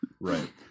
Right